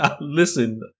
Listen